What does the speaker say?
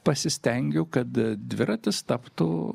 pasistengiu kad dviratis taptų